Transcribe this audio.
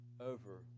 over